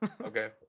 Okay